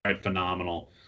phenomenal